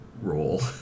role